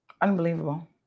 Unbelievable